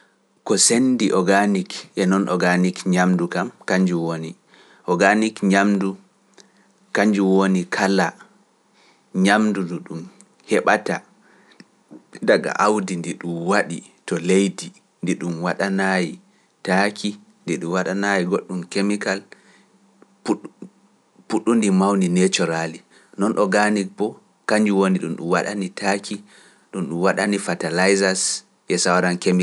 Ko senndi organic e non-organic ñaamndu kam, kannjum woni organic ñaamdu kannjum woni kala ñaamndu ndu ɗum heɓata daga aawdi ndi ɗum waɗi to leydi ndi ɗum waɗanaayi taaki, ndi ɗum waɗanaayi goɗɗum kemikal puɗɗ- puɗɗundi mawni naturally, non-organic boo kannjum woni ɗum ɗum waɗani taaki, ɗum ɗum waɗani fertilizers, e sawran kemik-.